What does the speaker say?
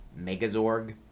Megazorg